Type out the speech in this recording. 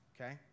okay